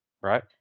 right